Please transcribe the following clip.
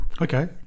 Okay